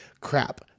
crap